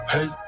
Hey